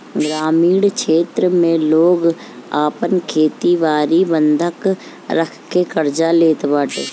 ग्रामीण क्षेत्र में लोग आपन खेत बारी बंधक रखके कर्जा लेत बाटे